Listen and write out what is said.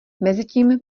mezitím